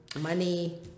money